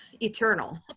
eternal